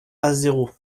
azerot